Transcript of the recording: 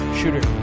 shooter